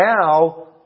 now